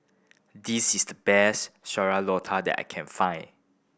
this is the best sayur that I can find